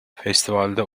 festivalde